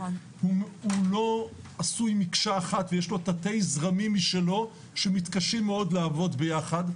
הוא לא עשוי מקשה אחת ויש לו תתי זרמים משלו שמתקשים מאוד לעבוד ביחד.